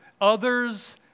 others